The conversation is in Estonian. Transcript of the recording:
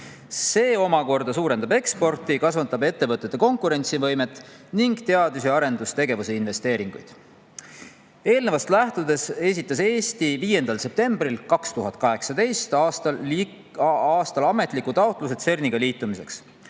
See omakorda suurendab eksporti, kasvatab ettevõtete konkurentsivõimet ning teadus‑ ja arendustegevuse investeeringuid. Eelnevast lähtudes esitas Eesti 5. septembril 2018. aastal ametliku taotluse CERN‑iga liitumiseks.